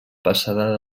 passada